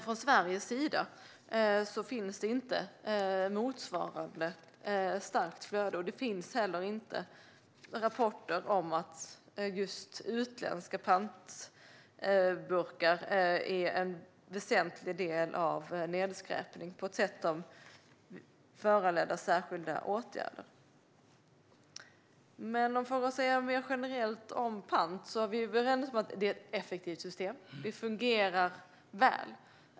Från Sveriges sida finns det inte motsvarande starkt flöde. Det finns heller inte rapporter om att just utländska pantburkar är en väsentlig del av nedskräpning på ett sätt som föranleder särskilda åtgärder. För att säga något mer generellt om pant är vi överens om att det är ett effektivt system. Det fungerar väl.